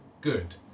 good